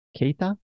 Keita